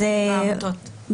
העמותות,